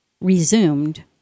Resumed